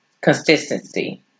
consistency